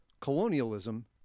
Colonialism